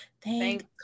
thank